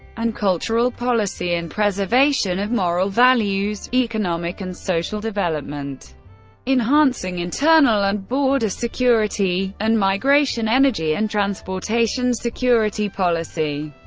and cultural policy and preservation of moral values economic and social development enhancing internal and border security and migration, energy, and transportation security policy.